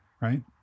Right